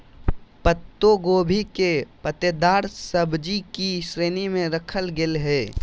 पत्ता गोभी के पत्तेदार सब्जि की श्रेणी में रखल गेले हें